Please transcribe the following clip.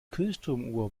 kirchturmuhr